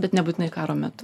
bet nebūtinai karo metu